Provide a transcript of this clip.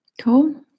Cool